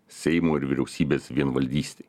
seimo ir vyriausybės vienvaldystei